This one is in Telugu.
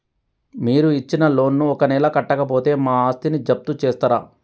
మీరు ఇచ్చిన లోన్ ను ఒక నెల కట్టకపోతే మా ఆస్తిని జప్తు చేస్తరా?